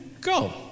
go